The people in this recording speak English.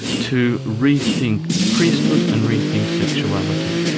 to rethink priesthood and rethink sexuality.